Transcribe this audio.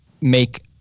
make